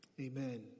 amen